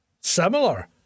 similar